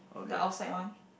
the outside one